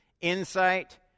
insight